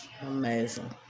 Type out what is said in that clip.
Amazing